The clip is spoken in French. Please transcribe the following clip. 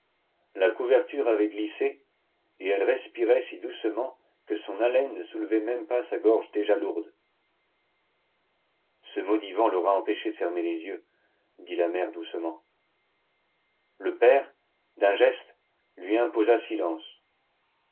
la couverture avait glissé et elle respirait si doucement que son haleine ne soulevait même pas sa gorge déjà lourde ce maudit vent l'aura empêchée de fermer les yeux dit la mère doucement le père d'un geste lui imposa silence